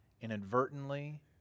inadvertently